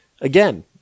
again